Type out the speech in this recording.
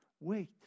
Wait